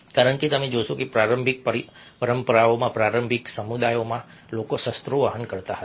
કારણ કે તમે જોશો કે પ્રારંભિક પરંપરાઓમાં પ્રારંભિક સમુદાયોમાં લોકો શસ્ત્રો વહન કરતા હતા